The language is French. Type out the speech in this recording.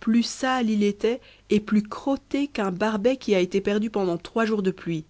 plus sale il était et plus crotté qu'un barbet qui a été perdu pendant trois jours de pluie